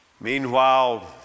Meanwhile